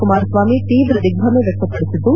ಕುಮಾರಸ್ವಾಮಿ ತೀವ್ರ ದಿಗ್ದಮೆ ವ್ಯಕ್ತಪಡಿಸಿದ್ದು